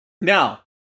Now